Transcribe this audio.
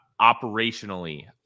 operationally